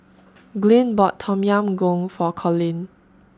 Glynn bought Tom Yam Goong For Colin